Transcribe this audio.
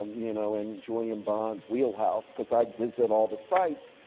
um you know, and julian bond's wheel house because i'd visit all the sites.